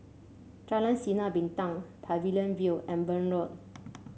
Jalan Sinar Bintang Pavilion View and Burn Road